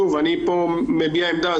אני פה מביע עמדה.